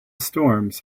storms